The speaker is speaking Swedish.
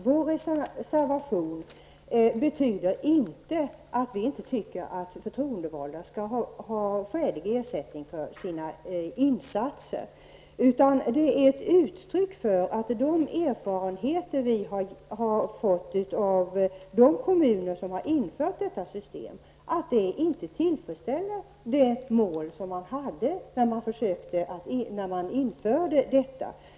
Vår reservation betyder inte att vi inte anser att de förtroendevalda skall ha skälig ersättning för sina insatser. Den är ett uttryck för de erfarenheter vi fått från de kommuner som infört detta system. Det tillfredsställer inte det mål som uppsattes när man införde systemet.